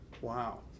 Wow